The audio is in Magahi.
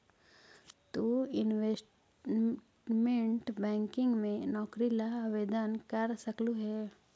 तु इनवेस्टमेंट बैंकिंग में नौकरी ला आवेदन कर सकलू हे